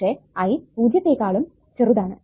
പക്ഷെ I പൂജ്യത്തെക്കാളും ചെറുതാണ്